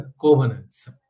covenants